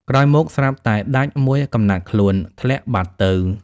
ក្រោយមកស្រាប់តែ ដាច់មួយកំណាត់ខ្លួន ធ្លាក់បាត់ទៅ។